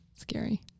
scary